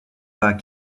pas